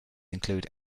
include